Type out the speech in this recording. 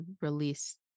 release